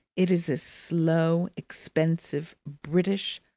it is a slow, expensive, british,